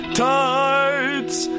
tights